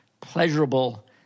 pleasurable